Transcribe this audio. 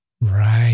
Right